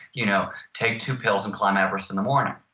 you know take two pills and climb everest in the morning.